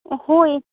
होय